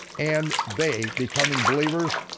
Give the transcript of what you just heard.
and they becoming believers.